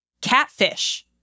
Catfish